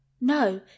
no